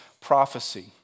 prophecy